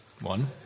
One